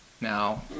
Now